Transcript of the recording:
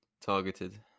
targeted